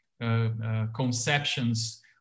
conceptions